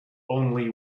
only